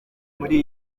kuri